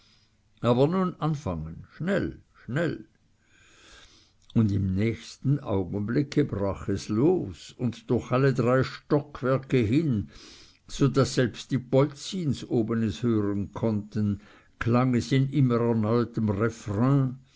aber nun anfangen schnell schnell und im nächsten augenblick brach es los und durch alle drei stockwerke hin so daß selbst die polzins oben es hören konnten klang es in immer erneutem